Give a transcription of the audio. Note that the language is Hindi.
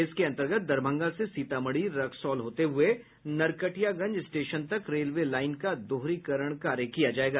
इसके अंतर्गत दरभंगा से सीतामढ़ी रक्सौल होते हुए नरकटियागंज स्टेशन तक रेलवे लाईन का दोहरीकरण कार्य किया जायेगा